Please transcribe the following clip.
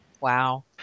Wow